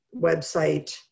website